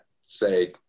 say